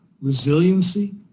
resiliency